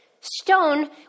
Stone